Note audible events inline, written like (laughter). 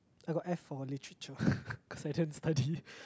I got F for literature (breath) cause I don't study